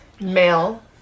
male